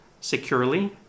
securely